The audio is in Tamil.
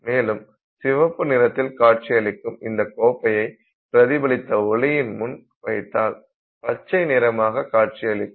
மேலும் சிவப்பு நிறத்தில் காட்சியளிக்கும் இந்த கோப்பையை பிரதிபலித்த ஒளியின் முன் வைத்தால் பச்சை நிறமாக காட்சியளிக்கும்